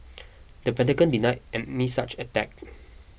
the Pentagon denied any such attack